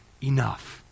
enough